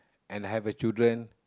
and I have a children